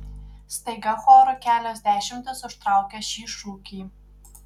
staiga choru kelios dešimtys užtraukia šį šūkį